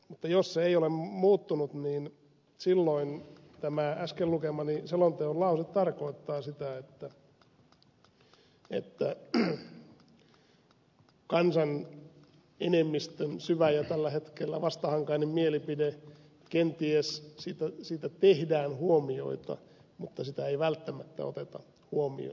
mutta jos se ei ole muuttunut niin silloin tämä äsken lukemani selonteon lause tarkoittaa sitä että kansan enemmistön syvästä ja tällä hetkellä vastahankaisesta mielipiteestä kenties tehdään huomioita mutta sitä ei välttämättä oteta huomioon